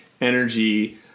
energy